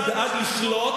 אני שואל,